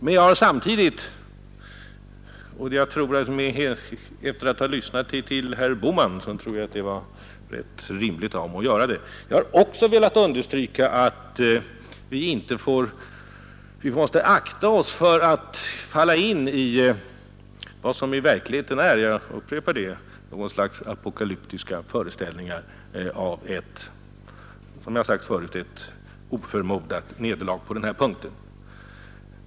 Men jag har samtidigt velat understryka — och efter att ha lyssnat till herr Bohman tror jag att det var rimligt att göra det — att vi måste akta oss för att falla in i vad som i verkligheten är, jag upprepar det, apokalyptiska föreställningar om vad som skulle inträffa som följd av ett oförmodat nederlag på denna punkt.